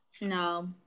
No